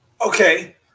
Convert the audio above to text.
okay